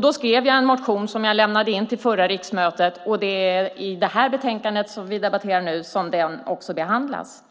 Då skrev jag en motion som jag lämnade in till förra riksmötet, och det är i det betänkande som vi debatterar nu som den också behandlas.